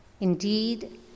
Indeed